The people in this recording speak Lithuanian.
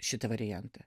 šitą variantą